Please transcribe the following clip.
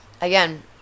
Again